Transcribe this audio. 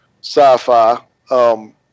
sci-fi